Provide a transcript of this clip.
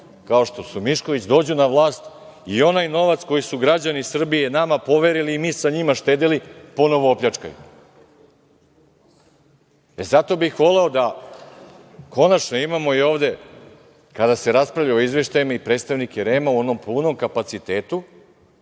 kao što su Mišković, dođu na vlast i onaj novac koji su građani Srbije nama poverili, mi sa njima štedeli, ponovo opljačkaju. Zato bih voleo da konačno imamo i ovde, kada se raspravlja o izveštajima i predstavnike REM-a, u onom punom kapacitetu,